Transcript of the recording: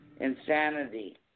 insanity